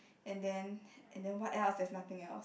and then and then what else there's nothing else